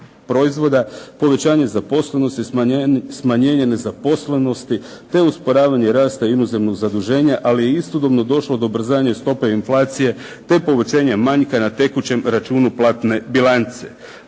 proizvoda, povećanje zaposlenosti, smanjenje nezaposlenosti, te usporavanje rasta inozemnog zaduženja, ali je istodobno došlo do ubrzanja stope inflacije te …/Govornik se ne razumije./… manjka na tekućem računu platne bilance.“,